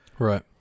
Right